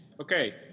Okay